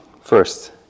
First